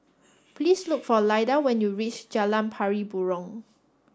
please look for Lyda when you reach Jalan Pari Burong